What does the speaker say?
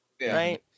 right